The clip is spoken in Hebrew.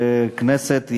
בכנסת,